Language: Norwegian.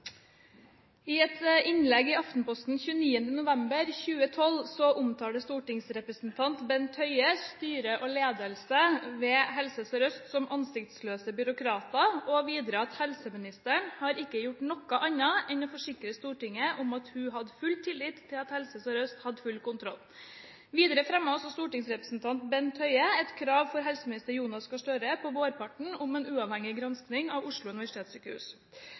I et innlegg i Aftenposten 29. november 2012 omtaler stortingsrepresentant Bent Høie styre og ledelse ved Helse Sør-Øst som «ansiktsløse byråkrater». Han sier videre: «Helseministeren har ikke gjort noe annet enn å forsikre Stortinget om at hun hadde full tillit til at Helse Sør-Øst hadde full kontroll.» Videre fremmet også stortingsrepresentant Bent Høie et krav for helseminister Jonas Gahr Støre på vårparten om en uavhengig gransking av Oslo universitetssykehus.